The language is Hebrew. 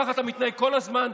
ככה אתה מתנהג כל הזמן.